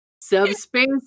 subspace